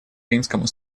римскому